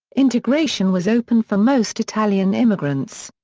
integration was open for most italian immigrants.